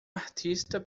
artista